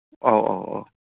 ꯑꯧ ꯑꯧ ꯑꯧ